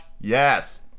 yes